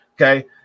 okay